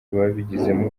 babigizemo